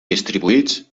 distribuïts